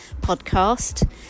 podcast